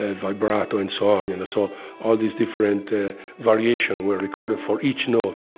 ah vibrato and so on. and so all these different ah variation were recorded for each note,